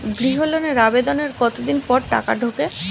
গৃহ লোনের আবেদনের কতদিন পর টাকা ঢোকে?